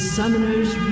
Summoner's